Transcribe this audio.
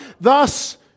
Thus